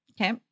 Okay